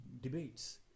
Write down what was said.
debates